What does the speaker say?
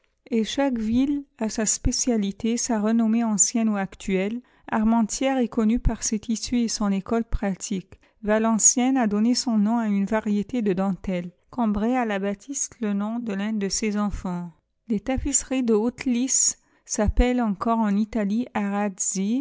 et chaque ville a sa spécialité sa renommée ancienne ou actuelle armentières est connue par ses tissus et son école pratique valenciennes a donné son nom à une variété de dentelle cambrai à la batiste le nom d'un de ses enfants les tapisseries de haute lisse s'appellent encore en italie arazzi